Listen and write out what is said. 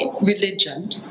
religion